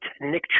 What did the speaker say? Nick